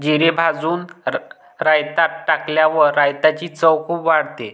जिरे भाजून रायतात टाकल्यावर रायताची चव खूप वाढते